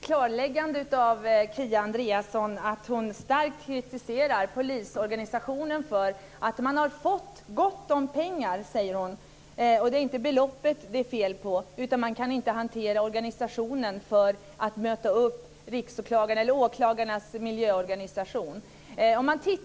Fru talman! Det var ett tydligt klarläggande av Kia Andreasson. Hon kritiserar starkt polisorganisationen. Man har fått gott om pengar, säger hon. Det är inte beloppet det är fel på, utan det är att man inte kan hantera organisationen för att möta upp åklagarnas miljöorganisation.